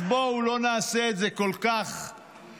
אז בואו לא נעשה את זה כל כך פשוט.